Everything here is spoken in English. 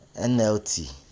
nlt